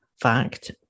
fact